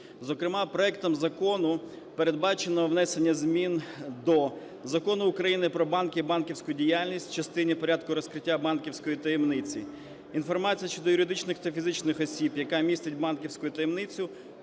Зокрема проектом закону передбачено внесення змін до Закону України "Про банки і банківську діяльність" в частині порядку розкриття банківської таємниці, інформації щодо юридичних та фізичних осіб, яка містить банківську таємницю,